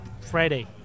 friday